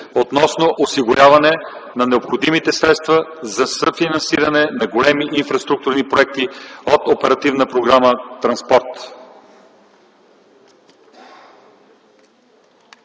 относно осигуряване на необходимите средства за съфинансиране на големи инфраструктурни проекти от оперативна програма „Транспорт”.